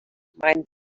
meint